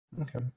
Okay